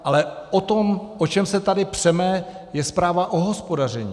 Ale to, o čem se tady přeme, je zpráva o hospodaření.